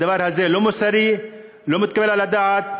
הדבר הזה לא מוסרי, לא מתקבל על הדעת.